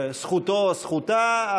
זכותו או זכותה,